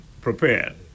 prepared